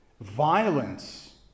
violence